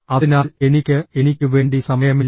അതിനാൽ എനിക്ക് എനിക്കുവേണ്ടി സമയമില്ല